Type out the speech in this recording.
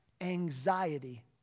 anxiety